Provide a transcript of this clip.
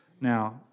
Now